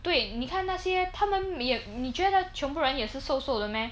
对你看那些他们也你觉得全部人也是瘦瘦的咩